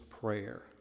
prayer